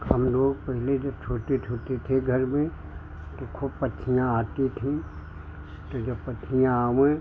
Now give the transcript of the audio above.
हम लोग पहले जब छोटे छोटे थे घर में तो खुब पक्षियाँ आती थी तो जब पक्षियाँ आए